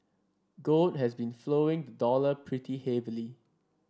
gold has been following the dollar pretty heavily